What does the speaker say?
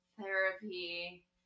therapy